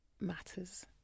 matters